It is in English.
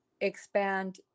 expand